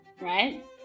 right